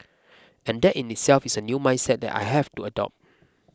and that in itself is a new mindset that I have to adopt